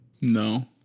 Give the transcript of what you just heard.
No